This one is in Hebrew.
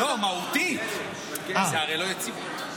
מהותית זה הרי לא יציבות.